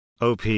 OP